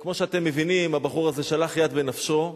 כמו שאתם מבינים, הבחור הזה שלח יד בנפשו.